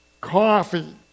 coffee